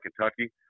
Kentucky